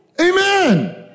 Amen